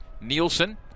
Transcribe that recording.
Nielsen